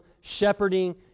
shepherding